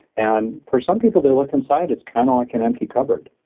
and for some people they look inside, it's kind of like an empty cupboard.